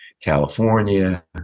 California